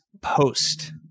post